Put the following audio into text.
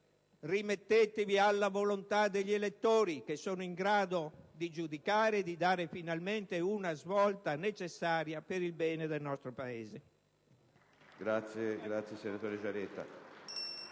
rimettetevi alla volontà degli elettori, che sono in grado di giudicare e di dare finalmente una svolta necessaria per il bene del nostro Paese.